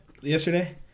Yesterday